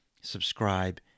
subscribe